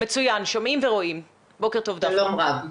שלום רב.